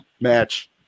match